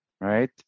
right